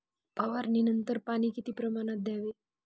फवारणीनंतर पाणी किती प्रमाणात द्यावे?